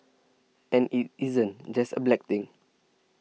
and it isn't just a black thing